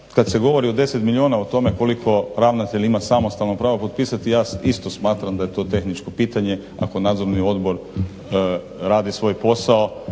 kad se govori o 10 milijuna o tome koliko ravnatelj ima samostalno pravo potpisati, ja isto smatram da je to tehničko pitanje ako Nadzorni odbor radi svoj posao